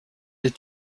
est